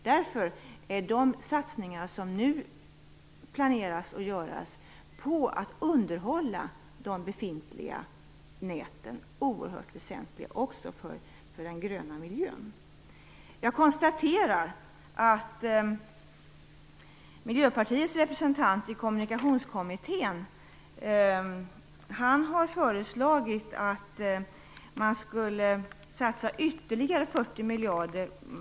Därför är de satsningar som vi nu planerar att göra på att underhålla de befintliga näten oerhört väsentliga också för den gröna miljön. Jag konstaterar att Miljöpartiets representant i Kommunikationskommittén har föreslagit att man skulle satsa ytterligare 40 miljarder på järnvägssidan.